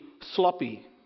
sloppy